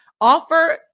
offer